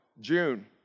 June